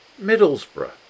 Middlesbrough